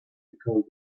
because